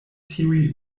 tiuj